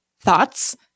thoughts